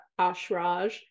Ashraj